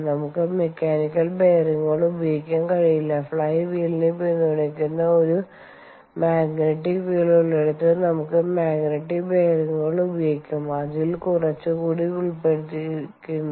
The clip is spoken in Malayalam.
നമ്മൾക്ക് മെക്കാനിക്കൽ ബെയറിംഗുകൾ ഉപയോഗിക്കാൻ കഴിയില്ല ഫ്ലൈ വീലിനെ പിന്തുണയ്ക്കുന്ന ഒരു മഗ്നറ്റിക് ഫീൽഡ്മഗ്നറ്റിക് field ഉള്ളിടത്ത് നമുക്ക് മഗ്നറ്റിക് ബെയറിംഗുകൾ ഉപയോഗിക്കാം അതിൽ കുറച്ച് കൂടി ഉൾപ്പെട്ടിരിക്കുന്നു